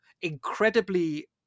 incredibly